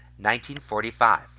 1945